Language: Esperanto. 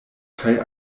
kaj